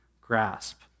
grasp